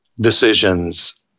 decisions